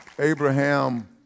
Abraham